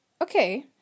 Okay